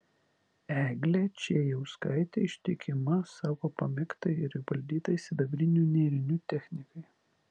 eglė čėjauskaitė ištikima savo pamėgtai ir įvaldytai sidabrinių nėrinių technikai